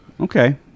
okay